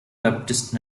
baptist